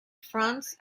france